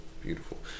Beautiful